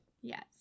Yes